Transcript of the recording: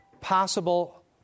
possible